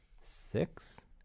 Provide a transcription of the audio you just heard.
six